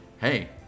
hey